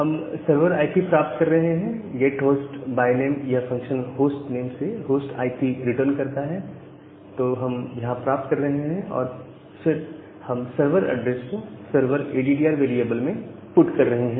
हम server IP प्राप्त कर रहे हैं गेट होस्ट बाय नेम यह फंक्शन होस्ट नेम से होस्ट आईपी रिटर्न करता है तो हम यहां प्राप्त कर रहे हैं और फिर हम सर्वर एड्रेस को सर्वर एडीडीआर वेरिएबल में पुट कर रहे हैं